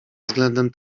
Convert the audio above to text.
względem